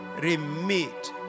remit